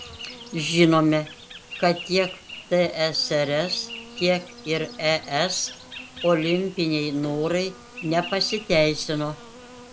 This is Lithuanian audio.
žinome kad tiek tsrs tiek ir es olimpiniai norai nepasiteisino